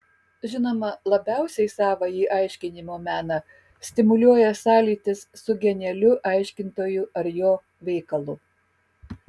žinoma labiausiai savąjį aiškinimo meną stimuliuoja sąlytis su genialiu aiškintoju ar jo veikalu